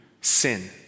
sin